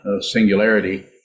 singularity